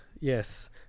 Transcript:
yes